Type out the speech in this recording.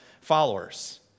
followers